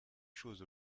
choses